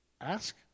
ask